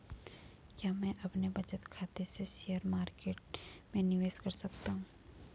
क्या मैं अपने बचत खाते से शेयर मार्केट में निवेश कर सकता हूँ?